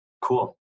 Cool